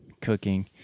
cooking